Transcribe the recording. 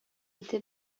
иде